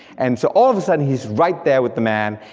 and so all of a sudden he's right there with the man,